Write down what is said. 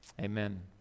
Amen